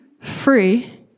free